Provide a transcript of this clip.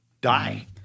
die